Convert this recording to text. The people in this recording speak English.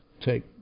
take